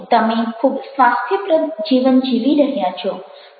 તમે ખૂબ સ્વાસ્થ્યપ્રદ જીવન જીવી રહ્યા છો